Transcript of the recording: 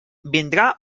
vindrà